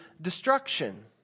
destruction